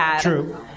True